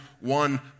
one